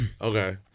Okay